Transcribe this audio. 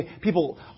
people